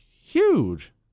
huge